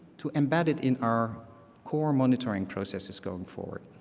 to embed it in our core monitoring processes going forward.